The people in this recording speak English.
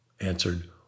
answered